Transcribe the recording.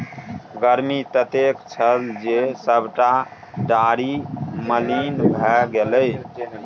गर्मी ततेक छल जे सभटा डारि मलिन भए गेलै